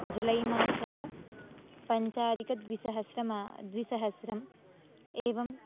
जुलै मासः पञ्चाधिकद्विसहस्रं मा द्विसहस्रम् एवम्